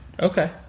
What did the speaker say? Okay